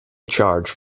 charge